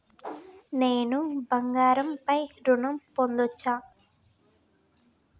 నేను బంగారం పై ఋణం పొందచ్చా?